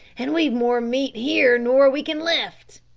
an' we've more meat here nor we can lift.